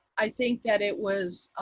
i think that it was